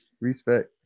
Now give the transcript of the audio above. respect